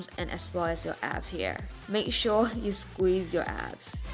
and as well as your abs here. make sure you squeeze your abs